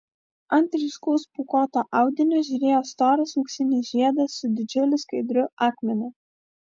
ant ryškaus pūkuoto audinio žėrėjo storas auksinis žiedas su didžiuliu skaidriu akmeniu